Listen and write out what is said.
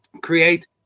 Create